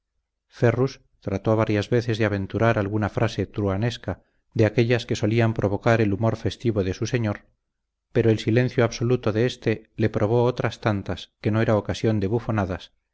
ferrus trató varias veces de aventurar alguna frase truhanesca de aquéllas que solían provocar el humor festivo de su señor pero el silencio absoluto de éste le probó otras tantas que no era ocasión de